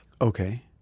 Okay